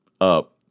Up